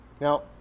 Now